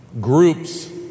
groups